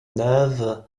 neuve